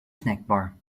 snackbar